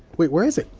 wait where is it?